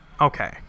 Okay